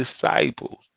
disciples